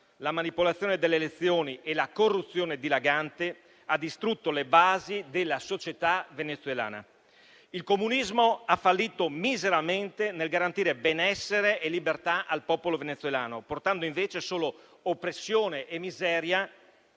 la manipolazione delle elezioni e la corruzione dilagante, ha distrutto le basi della società venezuelana. Il comunismo ha fallito miseramente nel garantire benessere e libertà al popolo venezuelano, portando invece solo oppressione e miseria,